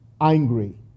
angry